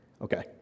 Okay